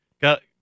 got